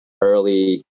early